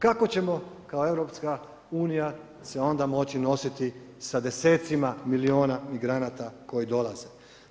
Kako ćemo kao EU se onda moći nositi sa desecima milijuna migranata koji dolaze?